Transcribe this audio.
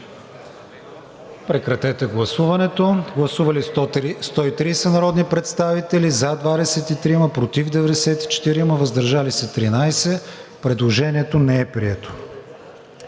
предприятия по чл. 163“. Гласували 131 народни представители: за 23, против 91, въздържали се 17. Предложението не е прието.